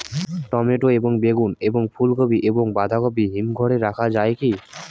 Tomato এবং বেগুন এবং ফুলকপি এবং বাঁধাকপি হিমঘরে রাখা যায় কি?